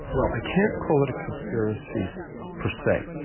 well i can't call it a conspiracy so per se.